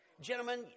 gentlemen